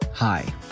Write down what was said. Hi